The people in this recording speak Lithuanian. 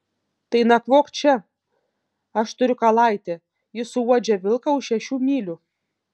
tai nakvok čia aš turiu kalaitę ji suuodžia vilką už šešių mylių